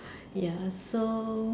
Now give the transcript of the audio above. ya so